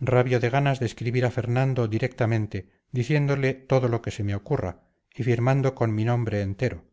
rabio de ganas de escribir a fernando directamente diciéndole todo lo que se me ocurra y firmando con mi nombre entero